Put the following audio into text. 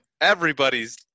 everybody's